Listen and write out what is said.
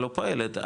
לא פועלת,